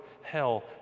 hell